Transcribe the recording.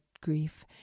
grief